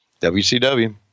WCW